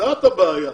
זאת הבעיה.